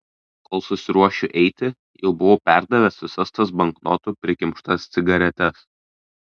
kol susiruošiu eiti jau buvau perdavęs visas tas banknotų prikimštas cigaretes